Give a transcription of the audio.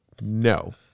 No